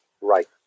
right